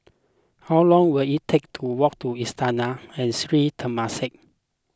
how long will it take to walk to Istana and Sri Temasek